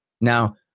Now